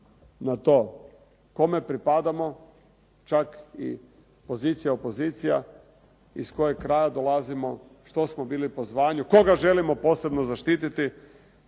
na to kome pripadamo čak i opozicija i pozicija iz kojeg kraja dolazimo, što smo bili po zvanju, koga želimo posebno zaštiti.